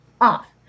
off